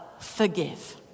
forgive